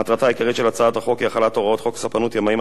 מטרתה העיקרית של הצעת החוק היא החלת הוראות חוק הספנות (ימאים),